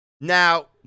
Now